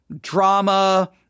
drama